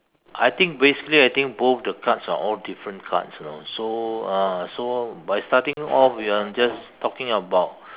I think basically I think both the cards are all different cards you know so ah so by starting off with I'm just talking about